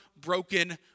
broken